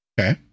okay